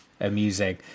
amusing